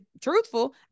truthful